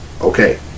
Okay